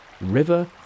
River